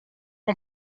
ans